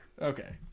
Okay